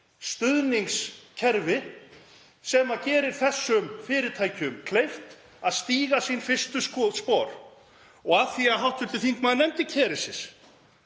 stuðningskerfi sem gerir þessum fyrirtækjum kleift að stíga sín fyrstu spor. Og af því að hv. þingmaður nefndi Kerecis